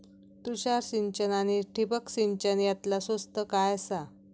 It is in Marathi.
तुषार सिंचन आनी ठिबक सिंचन यातला स्वस्त काय आसा?